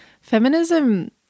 feminism